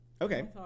okay